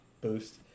boost